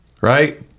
Right